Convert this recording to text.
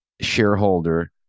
shareholder